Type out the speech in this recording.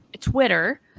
Twitter